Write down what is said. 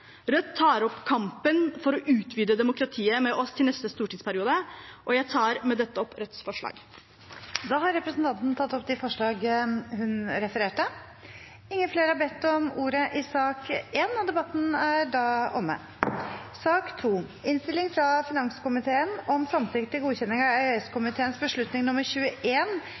Rødt tar kampen for å utvide demokratiet med seg til neste stortingsperiode. Jeg tar med dette opp Rødts forslag. Representanten Seher Aydar har tatt opp det forslaget hun refererte til. Først en takk til komiteen for samarbeidet i denne saken, som omhandler samtykke til